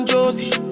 Josie